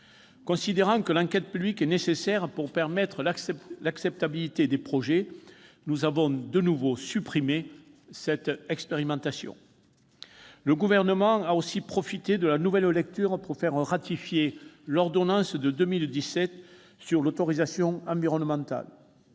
Considérant que l'enquête publique est nécessaire pour permettre l'acceptabilité des projets, nous avons de nouveau supprimé cette expérimentation. Le Gouvernement a aussi profité de la nouvelle lecture pour faire ratifier l'ordonnance de 2017 sur l'autorisation environnementale.